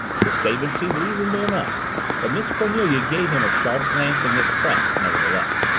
the statement seemed reasonable enough but miss cornelia gave him a sharp glance of mistrust, nevertheless.